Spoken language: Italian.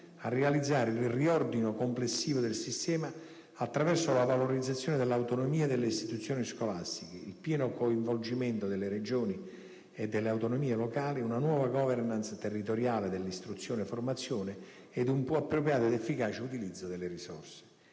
a realizzare il riordino complessivo del sistema attraverso la valorizzazione dell'autonomia delle istituzioni scolastiche, il pieno coinvolgimento delle Regioni e delle autonomie locali, una nuova *governance* territoriale dell'istruzione-formazione ed un più appropriato ed efficace utilizzo delle risorse.